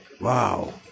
Wow